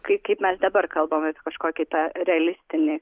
kai kaip mes dabar kalbamės kažkokį tą realistinį